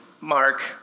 Mark